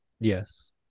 Yes